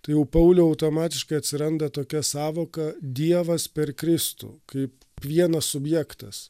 tai jau pauliui automatiškai atsiranda tokia sąvoka dievas per kristų kaip vienas subjektas